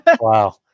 wow